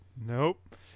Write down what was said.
Nope